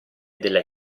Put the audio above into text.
delle